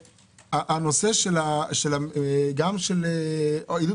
משפרי דיור אנחנו בסוג של אדישות לגביהם.